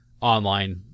online